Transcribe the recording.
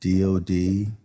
DOD